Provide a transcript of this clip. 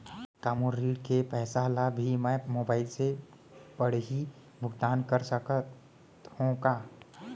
का मोर ऋण के पइसा ल भी मैं मोबाइल से पड़ही भुगतान कर सकत हो का?